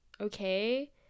Okay